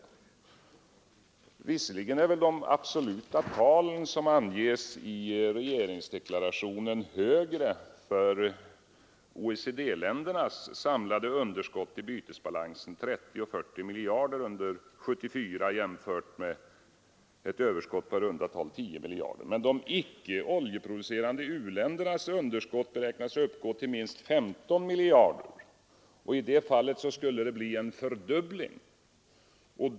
Visserligen är väl de absoluta tal som anges i regeringsdeklarationen högre för OECD-ländernas samlade underskott i bytesbalansen — 30 å 40 miljarder under 1974 jämfört med ett överskott på i runda tal 10 miljarder — men de icke oljeproducerande u-ländernas underskott beräknas uppgå till minst 15 miljarder. I det fallet skulle det bli en fördubbling.